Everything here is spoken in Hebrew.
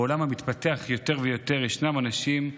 בעולם המתפתח יותר ויותר, ישנם אנשים,